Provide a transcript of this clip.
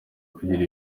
kugira